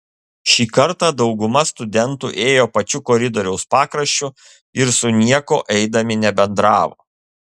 šį kartą dauguma studentų ėjo pačiu koridoriaus pakraščiu ir su niekuo eidami nebendravo